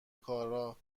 کارها